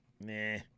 Nah